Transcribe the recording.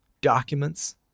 documents